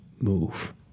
move